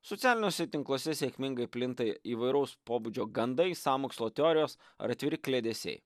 socialiniuose tinkluose sėkmingai plinta įvairaus pobūdžio gandai sąmokslo teorijos ar atviri kliedesiai